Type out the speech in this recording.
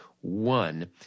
one